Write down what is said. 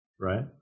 Right